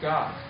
God